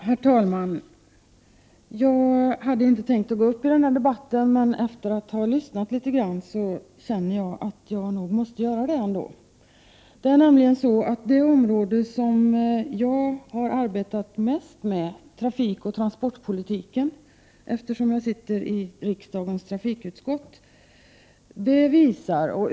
Herr talman! Jag hade inte tänkt gå upp i denna debatt, men efter att ha lyssnat litet grand på den känner jag att jag nog måste göra det ändå. Eftersom jag är ledamot av riksdagens trafikutskott är trafikoch transportfrågor det område som jag har arbetat mest med.